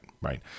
right